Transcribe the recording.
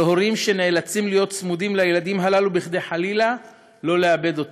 על הורים שנאלצים להיות צמודים לילדים הללו כדי חלילה שלא לאבד אותם.